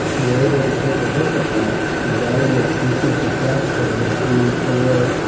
we're able to take a look at that, evaluate which is the best of the three, four,